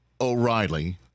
O'Reilly